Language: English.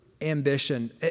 ambition